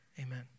Amen